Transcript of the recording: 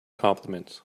compliments